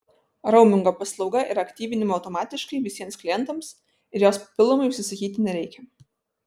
raumingo paslauga yra aktyvinama automatiškai visiems klientams ir jos papildomai užsisakyti nereikia